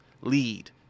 lead